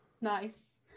Nice